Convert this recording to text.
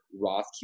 Roth